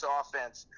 offense